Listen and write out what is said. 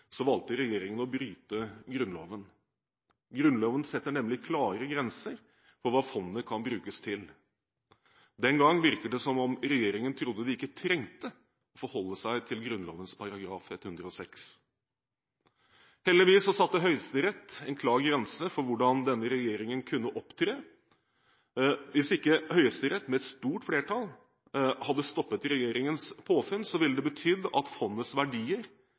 valgte regjeringen å bryte Grunnloven. Grunnloven setter nemlig klare grenser for hva fondet kan brukes til. Den gang virket det som om regjeringen trodde de ikke trengte å forholde seg til Grunnloven § 106. Heldigvis satte Høyesterett en klar grense for hvordan denne regjeringen kunne opptre. Hvis ikke Høyesterett med et stort flertall hadde stoppet regjeringens påfunn, ville det betydd at fondets verdier